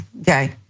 okay